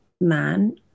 man